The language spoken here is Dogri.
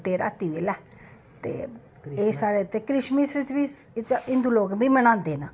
ते रातीं बेल्लै ते एह् साढ़े क्रिसमस बी हिंदू लोक बी मनांदे न